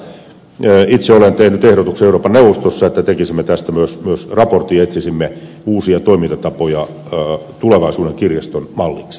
itse olen tehnyt ehdotuksen euroopan neuvostossa että tekisimme tästä myös raportin ja etsisimme uusia toimintatapoja tulevaisuuden kirjaston malliksi